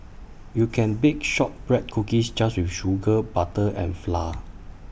you can bake Shortbread Cookies just with sugar butter and flour